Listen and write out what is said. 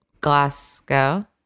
glasgow